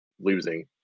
losing